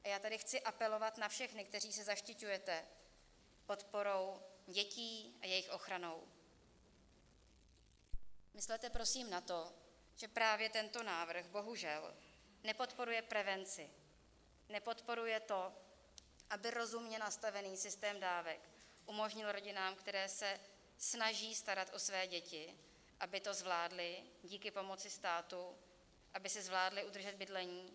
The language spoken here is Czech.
A já tady chci apelovat na všechny, kteří se zaštiťujete podporou dětí a jejich ochranou, myslete prosím na to, že právě tento návrh bohužel nepodporuje prevenci, nepodporuje to, aby rozumně nastavený systém dávek umožnil rodinám, které se snaží starat o své děti, aby to zvládly díky pomoci státu, aby si zvládly udržet bydlení.